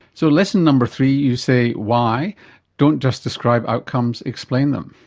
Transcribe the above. so lesson number three you say why don't just describe outcomes, explain them.